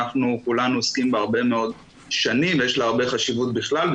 שכולנו עוסקים בה הרבה מאוד שנים ויש לה הרבה חשיבות בכלל,